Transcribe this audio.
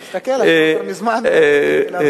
תסתכל, אתה כבר מזמן מעבר.